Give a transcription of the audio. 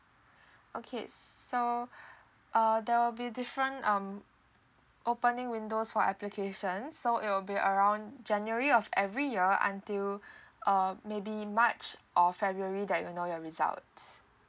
okay so uh there'll be different um opening windows for applications so it will be around january of every year until uh maybe march or february that you know your results